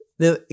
Now